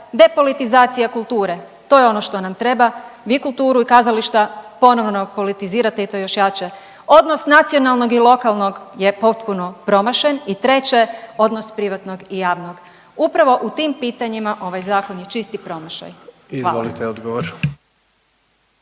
depolitizacija kulture, do je ono što nam treba. Vi kulturu i kazališta ponovno politizirate i to još jače. Odnos nacionalnog i lokalno je potpuno promašen. I treće odnos privatnog i javnog. Upravo u tim pitanjima ovaj zakon je čisti promašaj. Hvala.